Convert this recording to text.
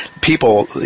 people